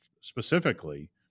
specifically